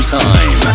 time